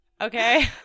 okay